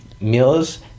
meals